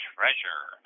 Treasure